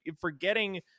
forgetting